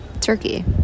turkey